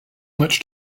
much